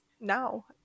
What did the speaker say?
now